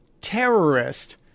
terrorist